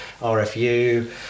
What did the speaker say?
RFU